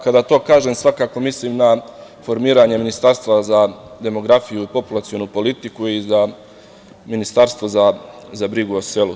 Kada to kažem svakako mislim na formiranje Ministarstva za demografiju i populacionu politiku i Ministarstvo za brigu o selu.